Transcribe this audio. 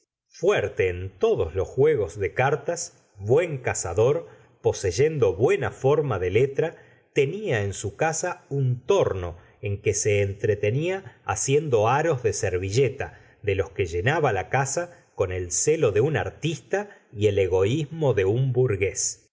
fuerte en todos tomo i gustavo flaubert los juegos de cartas buen cazador poseyendo buena forma de letra tenia en su casa un torno en que se entretenía haciendo aros de servilleta de los que llenaba la casa con el celo de un artista y el egoismo de un burgués